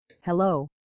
Hello